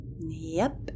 Yep